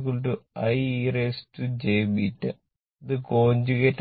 I ∟β I e j β ഇത് conjugate